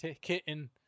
kitten